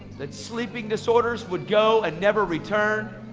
that sleeping disorders would go and never return.